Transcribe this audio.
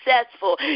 successful